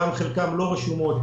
גם חלקם לא רשומות,